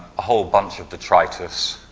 a whole bunch of the triotus.